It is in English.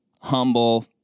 humble